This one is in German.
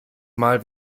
mal